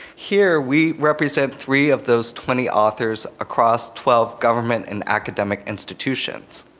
here we represent three of those twenty authors across twelve government and academic institutions.